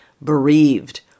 bereaved